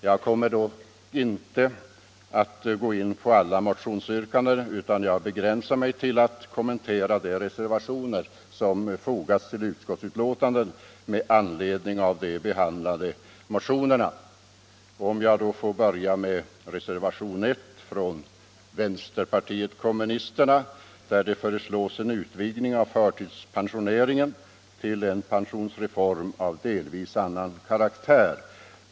Jag kommer inte att gå in på alla motionsyrkandena utan begränsar mig till att kommentera de reservationer som har fogats vid betänkandet med anledning av de behandlade motionerna. karaktär.